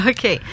Okay